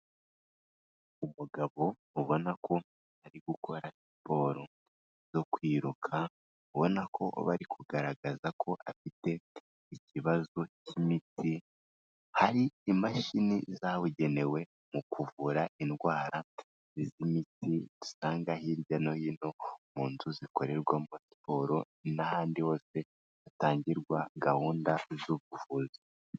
Umugabo ubona ko ari gukora siporo zo kwiruka, ubona ko bari kugaragaza ko afite ikibazo cy'imitsi. Hari imashini zabugenewe mu kuvura indwara z'imiti, dusanga hirya no hino mu nzu zikorerwamo siporo n'ahandi hose hatangirwa gahunda z'ubuvuzi.